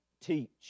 teach